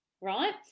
right